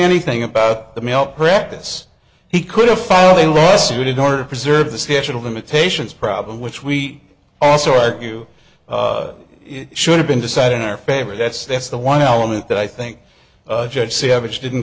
anything about the male practice he could have filed a lawsuit in order to preserve the statute of limitations problem which we also argue should have been decided in our favor that's that's the one element that i think judge savage didn't